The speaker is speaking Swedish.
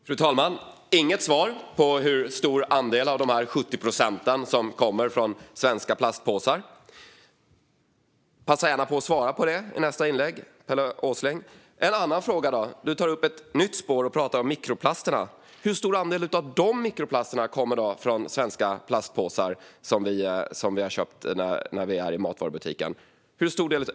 Fru talman! Jag fick inget svar på hur stor andel av dessa 70 procent som kommer från svenska plastpåsar. Passa gärna på att svara på det i nästa inlägg, Pelle Åsling! Jag tar en annan fråga. Du tar upp ett nytt spår och pratar om mikroplasterna. Hur stor andel av mikroplasterna kommer från svenska plastpåsar som vi köpt i matvarubutiken?